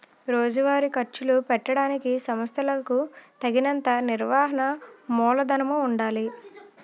రోజువారీ ఖర్చులు పెట్టడానికి సంస్థలకులకు తగినంత నిర్వహణ మూలధనము ఉండాలి